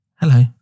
Hello